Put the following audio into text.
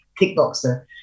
kickboxer